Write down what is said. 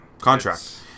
Contract